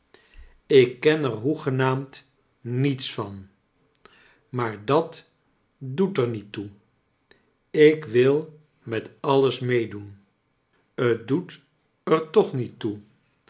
k ken er hoegenaamd niets van maar dat doet er niet toe ik wil met alles meedoen t doet er toch niet toe